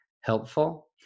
helpful